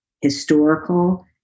historical